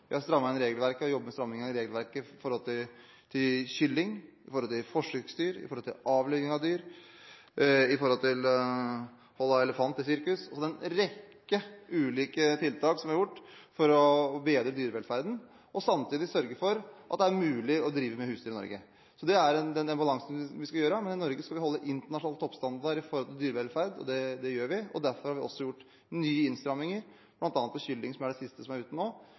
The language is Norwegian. Vi har strammet inn – og jobber med å stramme inn – regelverket i forhold til kylling, i forhold til forsøksdyr, i forhold til avliving av dyr, i forhold til hold av elefant i sirkus. Det er altså gjort en rekke ulike tiltak for å bedre dyrevelferden og samtidig sørge for at det er mulig å drive med husdyr i Norge. Så det er den balansen vi skal ha. I Norge skal vi holde internasjonal toppstandard med hensyn til dyrevelferd, og det gjør vi, og derfor har vi også gjort nye innstramminger, bl.a. for kyllinger – som er det siste som er ute nå